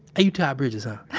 hey, you todd bridges huh?